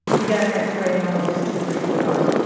we got an x-ray and all of his tumors were gone.